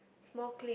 small clip